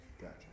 Gotcha